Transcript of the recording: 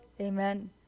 Amen